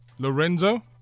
Lorenzo